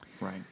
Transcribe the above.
Right